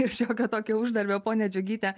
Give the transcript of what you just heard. ir šiokio tokio uždarbio ponia džiugyte